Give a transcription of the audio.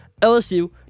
LSU